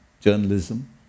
journalism